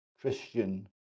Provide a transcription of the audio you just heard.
Christian